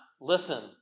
listen